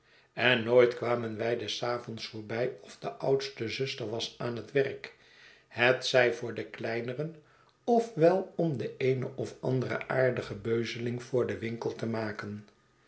en nooit kwamen wij des avonds voorbij of de oudste zuster was aan het werk hetzij voor de kleineren of wel om de eene of andere aardige beuzeling voor den winkel te maken